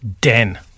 den